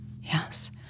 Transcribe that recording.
Yes